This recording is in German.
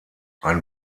ein